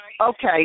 Okay